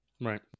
right